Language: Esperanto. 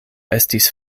estis